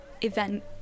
event